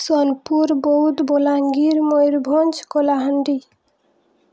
Sonepur Boudh Bolangir Mayurbhanj Kalahandi